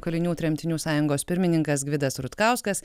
kalinių tremtinių sąjungos pirmininkas gvidas rutkauskas